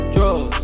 Drugs